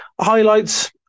highlights